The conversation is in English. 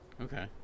Okay